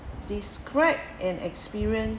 describe an experience